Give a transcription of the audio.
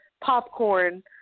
Popcorn